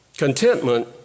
Contentment